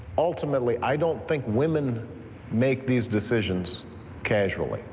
ultimately, i don't think women make these decisions casually.